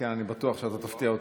כן, אני בטוח שתפתיע אותי.